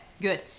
good